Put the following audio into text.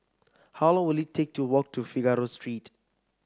how long will it take to walk to Figaro Street